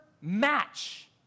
match